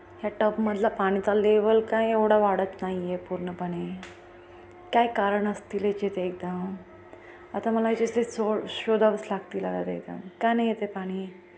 ह्या टबमधला पाणीचा लेवल का एवढा वाढत नाही आहे पूर्णपणे काय कारण असतील ह्याचे ते एकदम आता मला सो शोधावच लागतील एकदम का नाही येत आहे पाणी